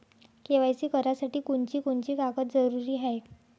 KYC करासाठी कोनची कोनची कागद जरुरी हाय?